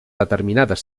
determinades